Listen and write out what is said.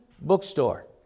bookstore